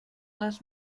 les